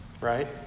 right